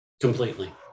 Completely